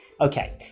Okay